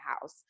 house